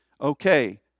okay